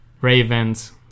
Ravens